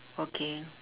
okay